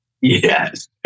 Yes